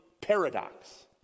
paradox